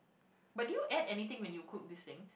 but did you add anything when you cook this thing